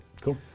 Cool